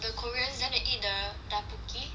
then they eat the tteokbokki